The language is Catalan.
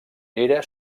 era